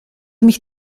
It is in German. mich